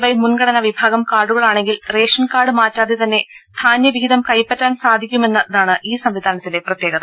Y മുൻഗ ണനാ വിഭാഗം കാർഡുകളാണെങ്കിൽ റേഷൻ കാർഡ് മാറ്റാതെ തന്നെ ധാന്യവിഹിതം കൈപ്പറ്റാൻ സാധിക്കുമെന്നതാണ് ഈ സംവിധാനത്തിന്റെ പ്രത്യേകത